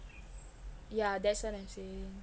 yeah that's what I'm saying